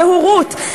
בהורות,